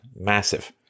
massive